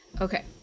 Okay